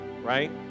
right